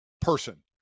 person